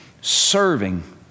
serving